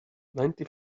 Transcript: ninety